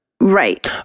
Right